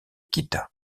kita